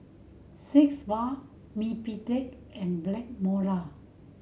six Bath Mepilex and Blackmore La